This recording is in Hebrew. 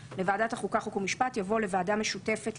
או "ועדת הפנים ואיכות הסביבה" יבוא "הוועדה לביטחון